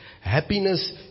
Happiness